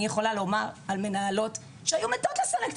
אני יודעת שיש מנהלות שהיו מתות לסלק את